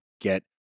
get